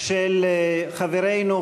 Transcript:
של חברנו,